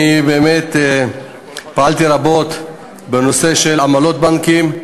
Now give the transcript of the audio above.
אני באמת פעלתי רבות בנושא של עמלות בנקים,